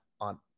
on